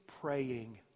praying